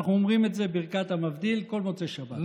אנחנו אומרים את זה בברכת המבדיל כל מוצאי שבת,